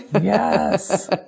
yes